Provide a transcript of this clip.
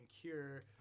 cure